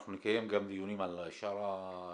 אנחנו נקיים גם דיונים על שאר היישובים.